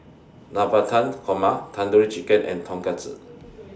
Navratan Korma Tandoori Chicken and Tonkatsu